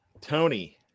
Tony